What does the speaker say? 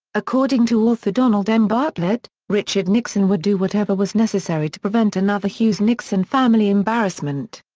according to author donald m. bartlett, richard nixon would do whatever was necessary to prevent another hughes-nixon family embarrassment.